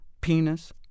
Penis